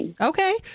Okay